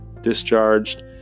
discharged